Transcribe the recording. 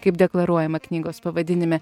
kaip deklaruojama knygos pavadinime